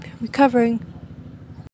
recovering